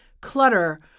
clutter